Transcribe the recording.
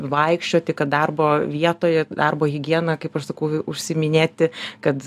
vaikščioti kad darbo vietoje darbo higiena kaip aš sakau užsiiminėti kad